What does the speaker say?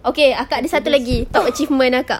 okay akak ada satu lagi top achievement akak